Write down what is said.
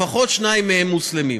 לפחות שניים מהם מוסלמים.